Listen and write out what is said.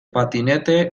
patinete